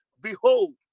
Behold